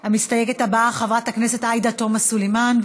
המסתייגת הבאה היא חברת הכנסת עאידה תומא סלימאן.